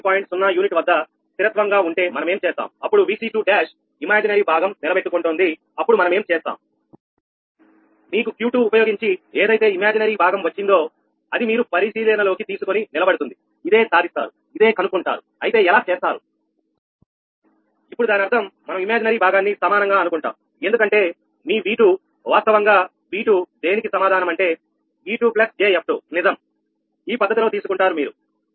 0 unit వద్ద స్థిరత్వం గా ఉంటే మనమేం చేస్తాం అప్పుడు Vc21 ఇమేజరీ భాగం నిలబెట్టుకుంటోంది అప్పుడు మనమేం చేస్తాం నీకు Q2 ఉపయోగించి ఏదైతే ఇమాజినరీ భాగం వచ్చిందో అది మీరు పరిశీలనలోకి తీసుకుని నిలబడుతుంది ఇదే సాధిస్తారు ఇదే కనుక్కుంటారు అయితే ఎలా చేస్తారు ఇప్పుడు దాని అర్థం మనం ఇమాజినరీ భాగాన్ని సమానంగా అనుకుంటాం ఎందుకంటే మీ మీV2 వాస్తవంగా V2 దేనికి సమాధానం అంటే e2 jf2 నిజం ఈ పద్ధతిలో తీసుకుంటారు మీరు